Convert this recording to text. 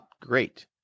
Great